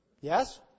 Yes